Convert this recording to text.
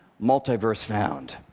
multiverse found.